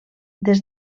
des